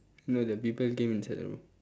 no the people came inside the room